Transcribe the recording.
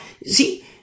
See